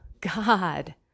God